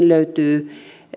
löytyy